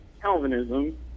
Calvinism